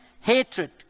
hatred